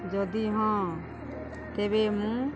ଯଦି ହଁ ତେବେ ମୁଁ